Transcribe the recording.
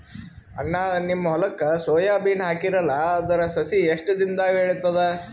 ಅಣ್ಣಾ, ನಿಮ್ಮ ಹೊಲಕ್ಕ ಸೋಯ ಬೀನ ಹಾಕೀರಲಾ, ಅದರ ಸಸಿ ಎಷ್ಟ ದಿಂದಾಗ ಏಳತದ?